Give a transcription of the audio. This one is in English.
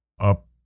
up